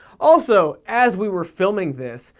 also, as we were filming this,